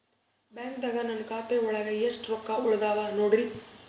ಬ್ಯಾಂಕ್ದಾಗ ನನ್ ಖಾತೆ ಒಳಗೆ ಎಷ್ಟ್ ರೊಕ್ಕ ಉಳದಾವ ನೋಡ್ರಿ?